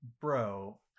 bro